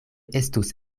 estus